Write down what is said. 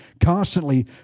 Constantly